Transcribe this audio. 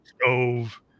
stove